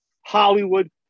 Hollywood